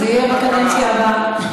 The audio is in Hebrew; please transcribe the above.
זה יהיה בקדנציה הבאה.